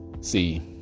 see